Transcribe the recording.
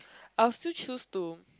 I'll still choose to